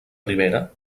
rivera